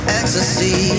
ecstasy